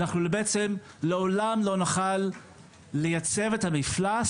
ואנחנו בעצם לעולם לא נוכל לייצב את המפלס